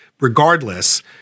Regardless